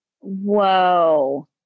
Whoa